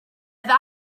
ddau